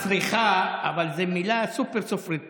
מצליחה, אבל זאת מילה סופר-ספרותית.